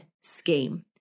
scheme